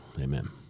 Amen